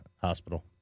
hospital